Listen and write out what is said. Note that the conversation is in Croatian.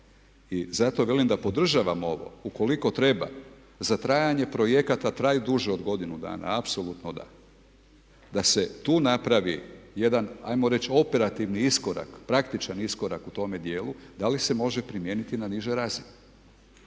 I zato velim da podržavamo ovo ukoliko treba za trajanje projekata a traju duže od godinu dana, apsolutno da. Da se tu napravi jedan ajmo reći operativni iskorak, praktičan iskorak u tome dijelu da li se može primijeniti na nižoj razini.